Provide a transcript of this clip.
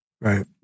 Right